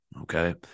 Okay